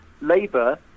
Labour